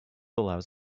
allows